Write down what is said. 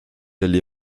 oli